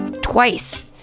twice